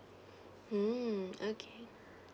mm okay